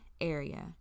area